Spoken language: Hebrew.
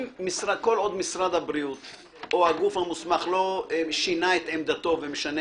כל עוד משרד הבריאות או הגוף המוסמך לא שינה את עמדתו ומשנה